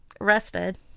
arrested